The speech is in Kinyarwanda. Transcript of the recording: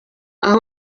aha